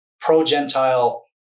pro-Gentile